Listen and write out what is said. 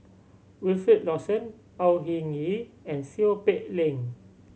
Wilfed Lawson Au Hing Yee and Seow Peck Leng